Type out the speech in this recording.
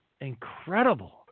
incredible